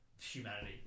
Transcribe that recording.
humanity